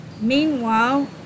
Meanwhile